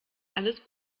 alles